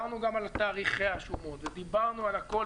דיברנו גם על תאריכי השומות ודיברנו על הכול,